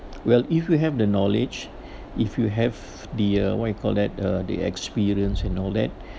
well if you have the knowledge if you have the uh what you call that uh the experience and all that